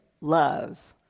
love